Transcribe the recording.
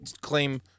claim